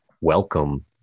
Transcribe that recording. welcome